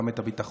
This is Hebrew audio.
גם את הביטחון,